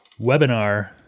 webinar